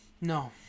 No